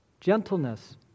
gentleness